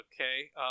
okay